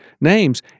names